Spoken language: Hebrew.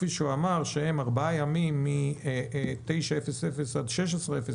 כפי שהוא אמר שהם ארבעה ימים מ-09:00 עד 16:00,